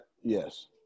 yes